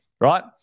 right